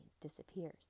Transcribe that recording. disappears